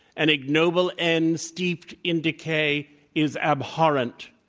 an ignoble end steeped in decay is abhorrent.